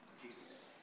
Jesus